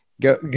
Go